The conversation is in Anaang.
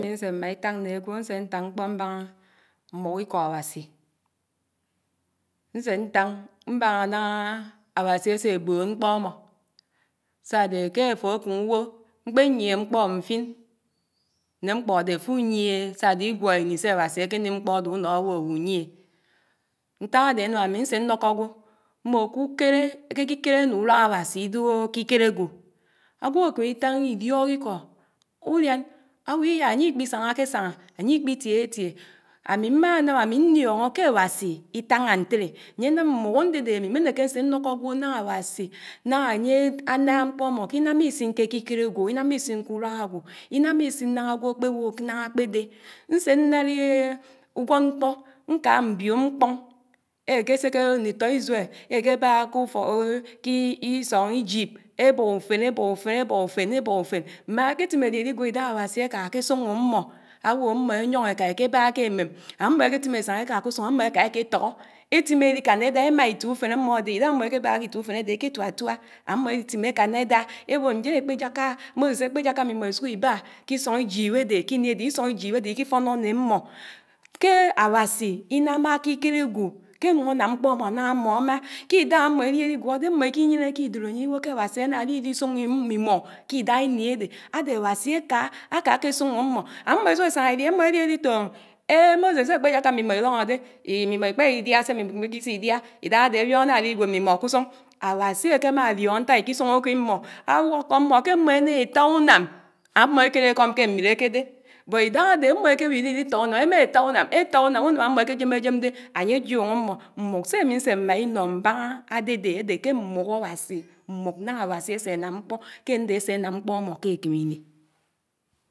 Se ami nse maa itañ ne ágwò, nse ntañ mkpó mbaña mbúk ikó awasi nse ntañ mbaña na awasi ase bön mkpó amo sa ade ke àfo akemu bó mkpe nyié mkpó mfin ne mkpó ade áfo uniegé sa ade igwóhó ini se awasi ake nim mkpó ade unó abo abunyié. Ntak ade anàm ami nse ndókó ágwò mbo kukere, ekikére n'uduak Awasi idoho akikére ágwò, ágwò akemi tañ idiok ikó udián abo iya anye ikpi sañake saña, anye ikpi tiéhe tié, ami ma nam ami nnioño ke awasi itaña ntele anye nam mbúk andede ami mmeneke nse ndókó ágwò naña Awasi naña anye anam mkpó amo k'inamma isin ke ekikére ágwò, inamma isin ke uduak agwo inamma isin na ágwo akpe bó naña ade. Nse dàd ehn uwod mkpó nka mbio mkpoñ eke seke nditó Israel eke bagha k'ufok k'isong Egypt ebó ufen, ebó ufen, ebó ufen, ebó ufen maa ake timme akem ini se awasi aka ke sioño ammo abo ammo enyioñ eka ekeba ke emem. ammo eke timme esaña eka k'usun ammo eka eke tóghó étimme edi kanna eda emaa itié ufen ammo de ila ammo eke bagha ke itié ufen ade eke tuà tuà, ammo edi timme é kanna eda ebó ndien ekpe jaka Moses akpé jaka mm'imo isuk iba k'isong Egypt ade k'ini adehe isong Egypt ade iki fonnó ne ammo, ke awasi inamma akikére ágwo ke anuñ anam mkpó amo na amo amaa k'idaha ammo eli eligwó ke mmo ikinyiéneke idorényin ibo ke awasi ana di idi sioño am mm'imo ke idagha ini ade ade Awasi aka, aka ake sioño ammo, ammo esuk esaña edi ammo edi edi editúm eh Moses akpe jaka mm'imo iloño de mm'imo ikpa idia se mm'imo ikisi dia idagha ade abión ade k'igwod mm'imo k'usung Awasi akema idioño ntak iki sioño ke ammo awukó ammo ke ammo ene etaa unám, ámmó ékéré ékóm ké mmiré kédé, but ídáhá ádé ámmó éké ibu idi idi tá ùnám émá étá ùnám étá ùnám, ùnám ámmó ékéjéméjém dé ányé jiunó ámmó. Mmùk sé ámì nsé mmá ínó mbáñá ádédé ádé ké mmùk Áwási, mmùk náñá Áwási ásé ánám mkpó. Ké ándé ásénám mkpó ámmó ké ákémini.